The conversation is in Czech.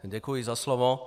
Děkuji za slovo.